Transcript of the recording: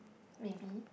maybe